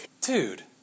dude